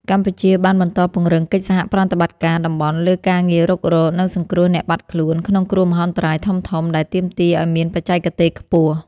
កម្ពុជាបានបន្តពង្រឹងកិច្ចសហប្រតិបត្តិការតំបន់លើការងាររុករក និងសង្គ្រោះអ្នកបាត់ខ្លួនក្នុងគ្រោះមហន្តរាយធំៗ ដែលទាមទារឱ្យមានបច្ចេកទេសខ្ពស់។